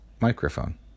microphone